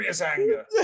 anger